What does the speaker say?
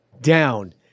down